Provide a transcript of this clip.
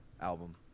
album